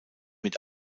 mit